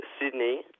Sydney